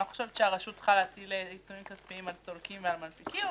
אני לא חושבת שהרשות צריכה להטיל עיצומים כספיים על סולקים ועל מנפיקים,